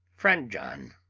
friend john,